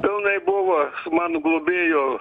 pilnai buvo mano globėjo